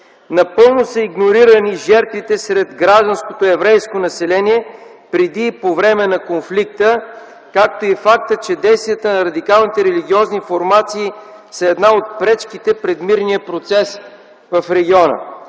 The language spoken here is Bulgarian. Напълно са игнорирани жертвите сред гражданското еврейско население преди и по време на конфликта, както и фактът, че действията на радикалните религиозни формации са една от пречките пред мирния процес в региона.